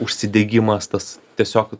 užsidegimas tas tiesiog